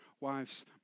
Wives